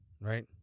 right